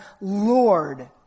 Lord